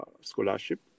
Scholarship